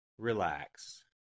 Relax